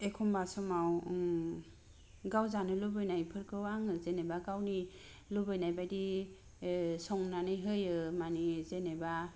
एखमब्ला समाव गाव जानो लुगैनायफोरखौ आङो जेनेबा गावनि लुबैनाय बायदि संनानै होयो मानि जेनेबा